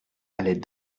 allait